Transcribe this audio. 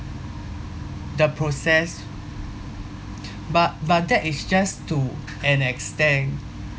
the process but but that is just to an extent